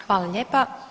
Hvala lijepa.